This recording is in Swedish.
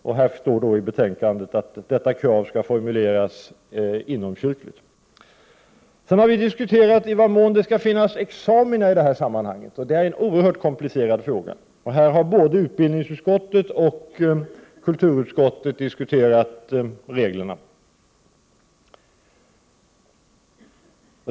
Det står i betänkandet att kravet skall formuleras inomkyrkligt. Vi har även diskuterat i vad mån det skall finnas examina i sammanhanget, och det är en oerhört komplicerad fråga. Här har både utbildningsutskottet och kulturutskottet diskuterat reglerna.